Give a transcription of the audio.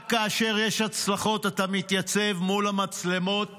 רק כאשר יש הצלחות אתה מתייצב מול המצלמות